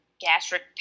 gastric